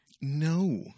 No